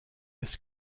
this